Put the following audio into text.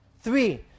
Three